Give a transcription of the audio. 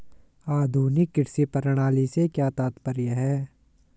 आधुनिक कृषि प्रणाली से क्या तात्पर्य है?